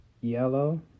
yellow